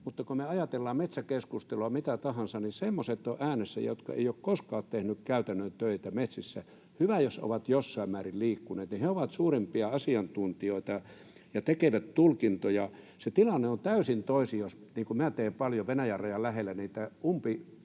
Mutta kun me ajatellaan metsäkeskustelua, mitä tahansa, niin semmoiset ovat äänessä, jotka eivät ole koskaan tehneet käytännön töitä metsissä — hyvä, jos ovat jossain määrin liikkuneet — ja he ovat suurimpia asiantuntijoita ja tekevät tulkintoja. Se tilanne on täysin toisin, jos… Niin kuin minä teen paljon Venäjän rajan lähellä: Kun niitä umpitiheitä